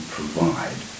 provide